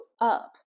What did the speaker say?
up